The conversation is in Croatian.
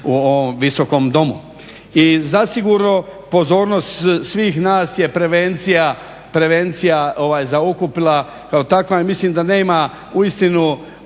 u ovom visokom Domu. I zasigurno pozornost svih nas je prevencija zaokupila kao takva, i mislim da nema uistinu